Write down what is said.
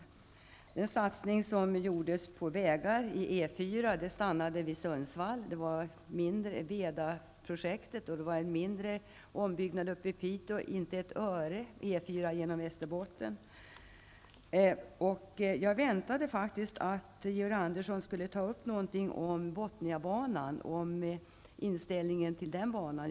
Den satsning som gjordes på vägar, E 4, stannade vid Sundsvall. Det skedde en mindre ombyggnad uppe vid Piteå. Man fick inte ett öre till E 4 genom Västerbotten. Jag väntade mig faktiskt att Georg Andersson skulle ta upp frågan om Botniabanan och inställningen till den.